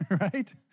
Right